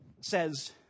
says